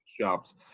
shops